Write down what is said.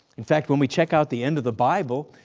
in fact when we check out the end of the bible,